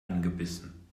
angebissen